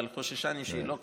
אבל חוששני שהיא לא כאן.